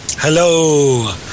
Hello